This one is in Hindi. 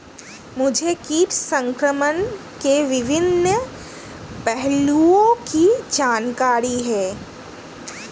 मुझे कीट संक्रमण के विभिन्न पहलुओं की जानकारी है